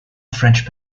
french